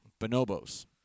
Bonobos